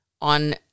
on